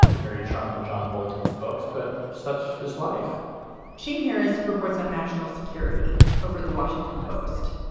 mary trump and john bolton's books, but such as life shane harris reports on national security over the washington post.